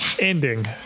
ending